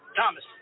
Thomas